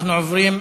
אנחנו עוברים,